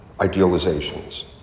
idealizations